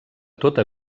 tota